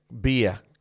beer